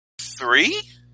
three